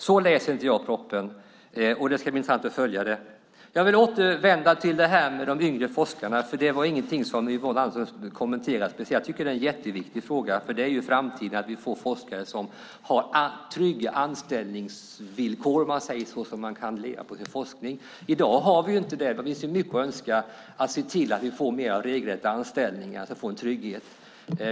Så läser inte jag propositionen. Det ska bli intressant att följa detta. Jag vill återvända till frågan om de yngre forskarna. Det var inte någonting som Yvonne Andersson kommenterade speciellt. Jag tycker att det är en viktig fråga att vi i framtiden får forskare som har trygga anställningsvillkor så att de kan leva på sin forskning. I dag har vi inte det. Det finns mycket att önska i fråga om att se till att det blir mer av regelrätta anställningar och en trygghet.